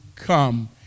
come